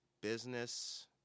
business